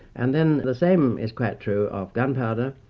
and then the same is quite true of gunpowder,